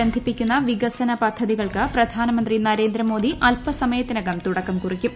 ബന്ധിപ്പിക്കുന്ന വികസന പദ്ധതികൾക്ക് പ്രധാനമന്ത്രി നരേന്ദ്രമോദി അല്പസമയത്തിനകം തുടക്കം കുറിക്കും